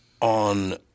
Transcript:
on